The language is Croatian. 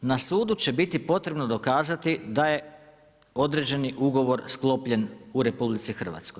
Na sudu će biti potrebno dokazati da je određeni ugovor sklopljen u RH.